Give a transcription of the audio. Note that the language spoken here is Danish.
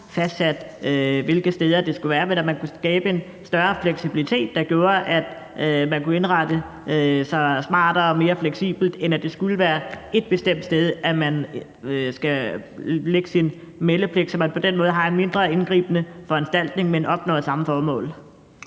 fastsat, hvilke steder det skulle være, altså at man kunne skabe en større fleksibilitet, der gjorde, at folk kunne indrette sig smartere og mere fleksibelt, end at det skulle være et bestemt sted, folk skal have deres meldepligt, altså så man på den måde har en mindre indgribende foranstaltning, men opnår samme formål.